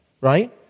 right